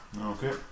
okay